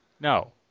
No